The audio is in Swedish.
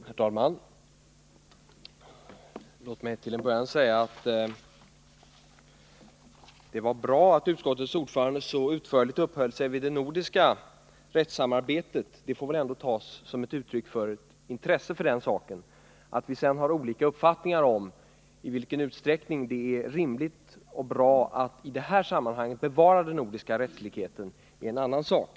Herr talman! Låt mig till en början säga att det var bra att utskottets ordförande så utförligt uppehöll sig vid det nordiska rättssamarbetet. Det får väl ändå tas som ett uttryck för intresse för den saken. Att vi sedan har olika uppfattningar om i vilken utsträckning det är rimligt och bra att i det här sammanhanget bevara den nordiska rättslikheten är en annan sak.